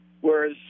whereas